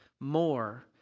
More